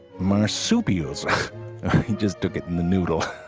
marsupials he just took it in the noodle.